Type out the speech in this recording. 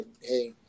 Hey